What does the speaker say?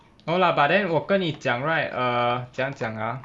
no lah but then 我跟你讲 right err 怎样讲 ah